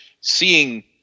seeing